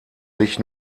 sich